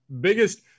biggest –